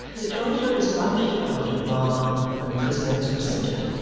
the chancellor is about to bow to the bar when the prisoner is presented.